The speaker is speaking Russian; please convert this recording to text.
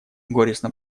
горестно